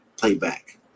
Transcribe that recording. playback